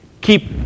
keep